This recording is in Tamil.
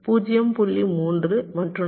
3 மற்றொன்று 0